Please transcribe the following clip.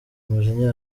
umujinya